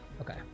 Okay